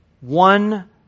one